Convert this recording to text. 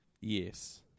Yes